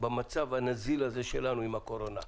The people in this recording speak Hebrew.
במצב הנזיל הזה של הקורונה.